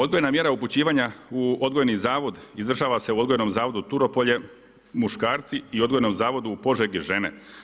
Odgojna mjera upućivanja u odgojni zavod izvršava se u odgojnom zavodu Turopolje muškarci i odgojnom zavodu u Požegi žene.